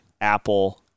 Apple